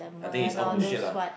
I think is all bullshit lah